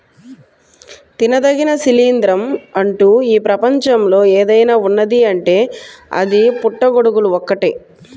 తినదగిన శిలీంద్రం అంటూ ఈ ప్రపంచంలో ఏదైనా ఉన్నదీ అంటే అది పుట్టగొడుగులు ఒక్కటే